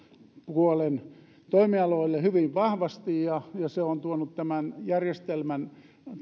puolen toimialoille hyvin vahvasti ja se on tuonut tämän järjestelmän